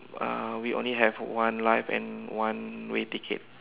uh we only have one life and one way ticket